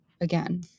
again